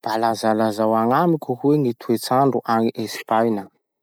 Mba lazalazao agnamiko hoe gny toetsandro agny Espaina?